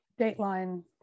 Dateline